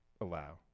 allow